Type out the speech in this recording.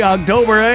October